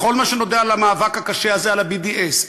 בכל מה שקשור למאבק הקשה הזה על ה-BDS.